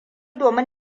domin